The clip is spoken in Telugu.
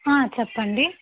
చెప్పండి